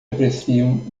apreciam